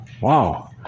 Wow